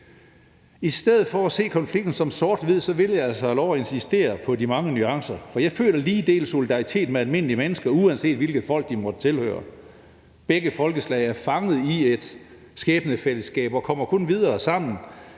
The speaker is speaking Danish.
I stedet for at se konflikten som sort-hvid vil jeg altså have lov at insistere på de mange nuancer, og jeg føler lige dele solidaritet med almindelige mennesker, uanset hvilket folk de måtte tilhøre. Begge folkeslag er fanget i et skæbnefællesskab, og de kommer kun videre sammen,